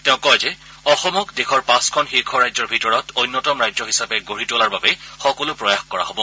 তেওঁ কয় যে অসমক দেশৰ পাঁচখন শীৰ্ষ ৰাজ্যৰ ভিতৰত অন্যতম ৰাজ্য হিচাপে গঢ়ি তোলাৰ বাবে সকলো প্ৰয়াস কৰা হ'ব